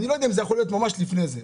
אני לא יודע אם זה יכול להיות ממש לפני זה.